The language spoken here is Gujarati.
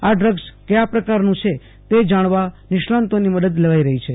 આ ડ્રગ્સ કથા પ્રકારનું છે તે જાણવા નિષ્ણાતોની મદદ લેવાઈ રહી છે